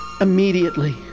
Immediately